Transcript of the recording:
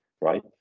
right